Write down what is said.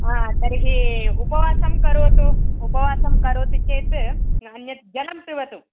तर्हि उपवासं करोतु उपवासं करोति चेत् न अन्यत् जलं पिबतु